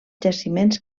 jaciments